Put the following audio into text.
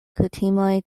kutimoj